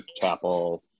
Chapel